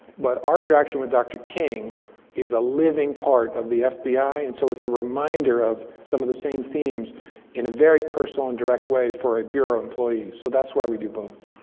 but our interaction with dr. king is a living part of the fbi. and so, it's a reminder of some of the same themes in a very personal and direct way for a bureau employee. so that's where we do both.